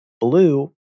blue